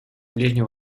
ближнем